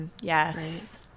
Yes